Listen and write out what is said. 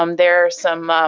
um there are some,